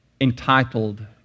entitled